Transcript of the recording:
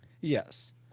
Yes